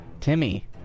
Timmy